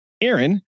Aaron